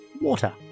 water